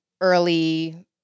early